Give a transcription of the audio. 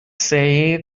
say